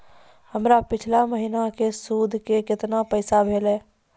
हमर पिछला महीने के सुध के केतना पैसा भेलौ?